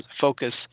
focus